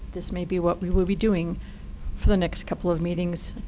this may be what we will be doing for the next couple of meetings.